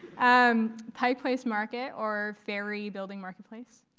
and pike place market or fairy building marketplace?